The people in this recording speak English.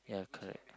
yeah correct